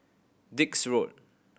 Dix Road